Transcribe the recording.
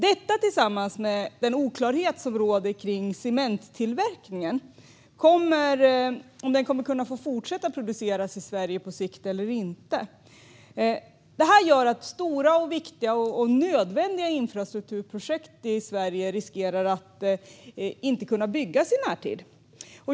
Det råder också oklarhet om huruvida cementtillverkningen kommer att få fortsätta i Sverige på sikt eller inte. Sammantaget gör detta att stora, viktiga och nödvändiga infrastrukturprojekt i Sverige riskerar att inte kunna byggas i närtid.